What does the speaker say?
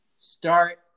start